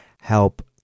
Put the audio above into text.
help